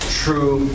true